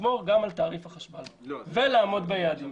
שתשמור גם על תעריף החשמל ולעמוד ביעדים.